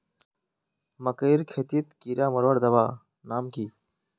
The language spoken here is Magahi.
मकई खेतीत कीड़ा मारवार दवा नाम की?